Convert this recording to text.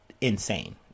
insane